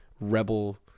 rebel